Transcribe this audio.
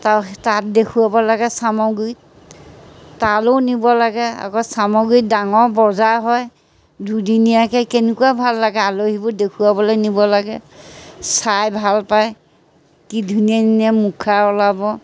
তাৰ তাত দেখুৱাব লাগে চামগুৰিত তালৈও নিব লাগে আকৌ চামগুত ডাঙৰ বজাৰ হয় দুদিনীয়াকৈ কেনেকুৱা ভাল লাগে আলহীবোৰ দেখুৱাবলৈ নিব লাগে চাই ভালপায় কি ধুনীয়া ধুনীয়া মুখা ওলাব